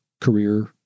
career